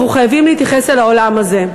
אנחנו חייבים להתייחס אל העולם הזה.